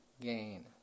gain